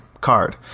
card